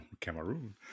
Cameroon